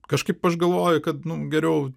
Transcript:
kažkaip aš galvoju kad geriau